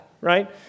right